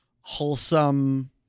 wholesome